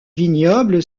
vignoble